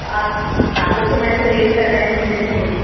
तो आप आप लोग तो मैनुप्युलेट कर रहे हैं सीधे सीधे